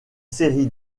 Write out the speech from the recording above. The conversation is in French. série